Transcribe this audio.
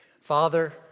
Father